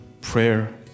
prayer